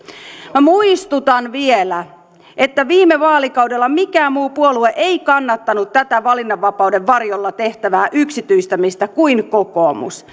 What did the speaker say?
minä muistutan vielä että viime vaalikaudella mikään muu puolue ei kannattanut tätä valinnanvapauden varjolla tehtävää yksityistämistä kuin kokoomus